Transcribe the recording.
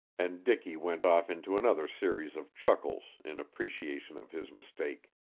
and dicky went off into another series of chuckles in appreciation of his mistake.